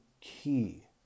key